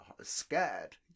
scared